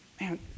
man